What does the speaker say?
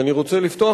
ואני רוצה לפתוח,